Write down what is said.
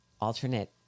alternate